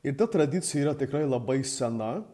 ir ta tradicija yra tikrai labai sena